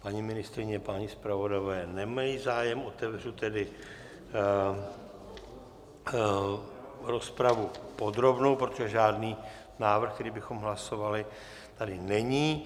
Paní ministryně, páni zpravodajové nemají zájem, otevřu tedy rozpravu podrobnou, protože žádný návrh, který bychom hlasovali, tady není.